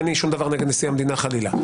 אין לי שום דבר נגד נשיא המדינה חלילה,